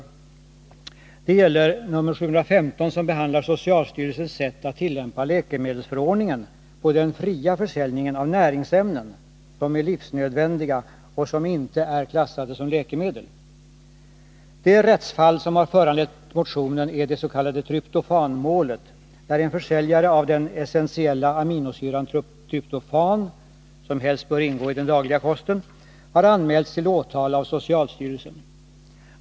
Det gäller nr 1980/81:715 som behandlar socialstyrelsens sätt att tillämpa läkemedelsför ordningen på den fria försäljningen av näringsämnen som är livsnödvändiga och som inte är klassade som läkemedel. Det rättsfall som har föranlett motionen är det s.k. tryptofanmålet, där en försäljare av den essentiella aminosyran tryptofan — som helst bör ingå i den dagliga kosten — har anmälts till åtal av socialstyrelsen.